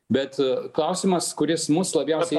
bet klausimas kuris mus labiausiai